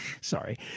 Sorry